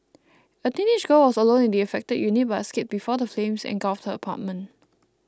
a teenage girl was alone in the affected unit but escaped before the flames engulfed her apartment